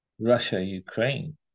Russia-Ukraine